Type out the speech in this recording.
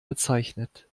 bezeichnet